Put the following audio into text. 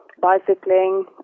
bicycling